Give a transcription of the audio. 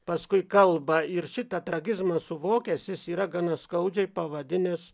paskui kalbą ir šitą tragizmą suvokęs jis yra gana skaudžiai pavadinęs